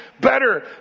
better